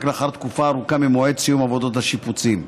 לאחר תקופה ארוכה ממועד סיום עבודות השיפוצים.